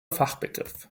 fachbegriff